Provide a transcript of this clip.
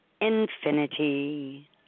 infinity